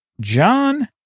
John